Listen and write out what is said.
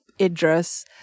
Idris